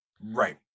right